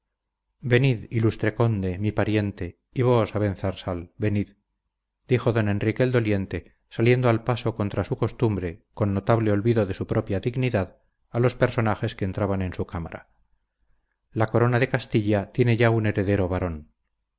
venid ilustre conde mi pariente y vos abenzarsal venid dijo don enrique el doliente saliendo al paso contra su costumbre con notable olvido de su propia dignidad a los personajes que entraban en su cámara la corona de castilla tiene ya un heredero varón